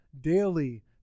daily